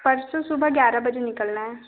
परसो सुबह ग्यारह बजे निकलना है